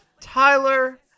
Tyler